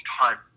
time